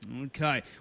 okay